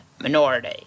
minority